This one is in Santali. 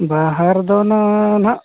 ᱵᱟᱦᱟ ᱨᱮᱫᱚ ᱚᱱᱮ ᱦᱟᱸᱜ